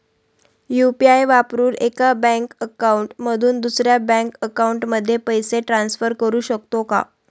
UPI वापरून एका bank account मधून दुसऱ्या बँक अकाउंटमध्ये पैसे ट्रान्सफर करू शकतो का?